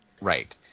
Right